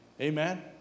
Amen